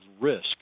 risk